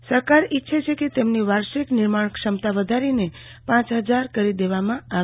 તેમણે કહયું કે સરકાર ઈચ્છે છે કે તેની વાર્ષિક નિર્માણ ક્ષમતા વધારીને પાંચ હજાર કરી દેવામાં આવે